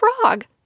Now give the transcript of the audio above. Frog